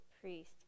priest